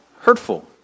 hurtful